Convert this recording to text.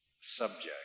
subject